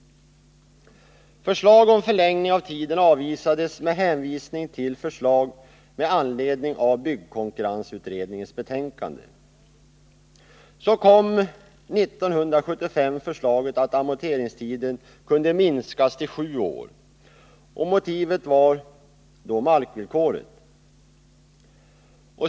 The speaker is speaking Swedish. Ett förslag om förlängning av tiden avvisades med hänvisning till förslag med anledning av byggkonkurrensutredningens betänkande. Sedan kom år 1975 förslaget att amorteringstiden skulle minskas till sju år. och motivet var markvillkoret.